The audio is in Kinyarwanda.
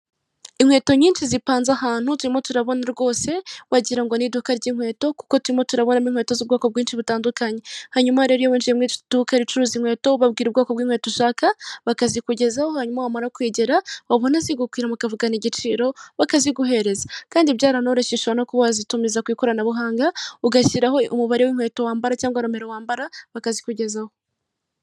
Inkweto nyinshi zipanze ahantu turimo turabona rwose wagira ngo ni iduka ry'inkweto kuko turimo turabonamo inkweto z'ubwoko bwinshi butandukanye hanyuma rero iyo winjiye muri iri duke ricuruza inkweto ubabwira ubwoko bw'inkweto ushaka bakazikugezaho hanyuma bamara kwegera babonazigukwira mukavugana igiciro bakaziguhereza kandi byaranoroshye ushobora no kuba wazitumiza ku ikoranabuhanga ugashyiraho umubare w'inkweto wambara cyangwa nomero wambara bakazikugezaho.